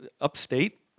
upstate